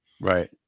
Right